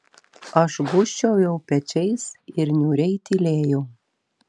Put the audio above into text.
aš gūžčiojau pečiais ir niūriai tylėjau